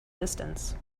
distance